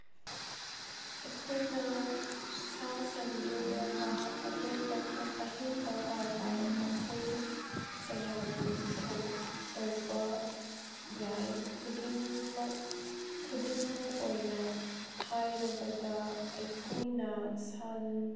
ꯑꯩꯈꯣꯏꯅ ꯁꯥ ꯁꯟ ꯌꯣꯛꯂꯒ ꯑꯇꯣꯞꯄ ꯑꯍꯦꯟꯕ ꯀꯔꯕꯥꯔ ꯃꯈꯜ ꯀꯌꯥꯒꯤ ꯊꯧ ꯇꯧꯕ ꯌꯥꯏ ꯈꯨꯗꯤꯡꯃꯛ ꯈꯨꯗꯤꯡꯃꯛ ꯑꯣꯏꯅ ꯍꯥꯏꯔꯕꯗ ꯑꯩꯈꯣꯏꯅ ꯁꯟ